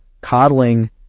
coddling